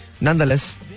nonetheless